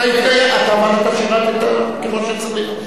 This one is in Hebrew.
אתה שירת כמו שצריך.